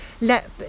let